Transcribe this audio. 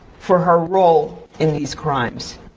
for her role in these crimes.